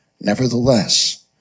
Nevertheless